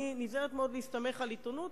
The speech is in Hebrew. אני נזהרת מאוד מלהסתמך על עיתונות,